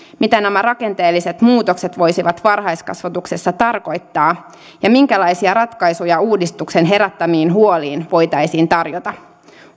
mitä nämä rakenteelliset muutokset voisivat varhaiskasvatuksessa tarkoittaa ja minkälaisia ratkaisuja uudistuksen herättämiin huoliin voitaisiin tarjota